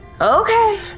Okay